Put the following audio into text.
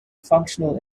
functional